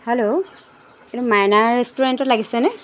hello কিন্তু মাইনা ৰেষ্টুৰেণ্টত লাগিছেনে